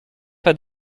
pas